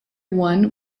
one